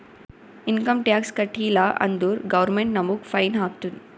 income tax ಕಟ್ಟೀಲ ಅಂದುರ್ government ನಮುಗ್ ಫೈನ್ ಹಾಕ್ತುದ್